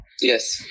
Yes